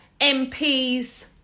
MPs